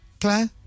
Claire